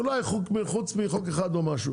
אולי חוץ מחוק אחד או משהו.